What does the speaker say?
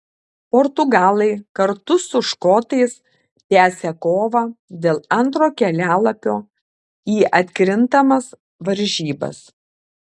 portugalai kartu su škotais tęsią kovą dėl antro kelialapio į atkrintamas varžybas